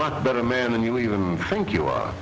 lot better man than you even think you are